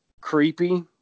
creepy